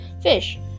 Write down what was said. fish